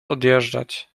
odjeżdżać